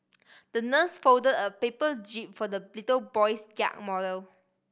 the nurse folded a paper jib for the little boy's yacht model